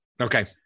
Okay